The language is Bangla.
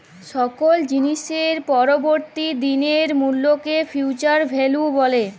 কল জিলিসের পরবর্তী দিলের মূল্যকে ফিউচার ভ্যালু ব্যলে